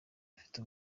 afite